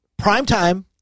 Primetime